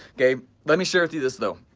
okay let me share with you this though